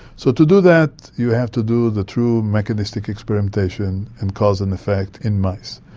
so to do that you have to do the true mechanistic experimentation and cause and effect in mice,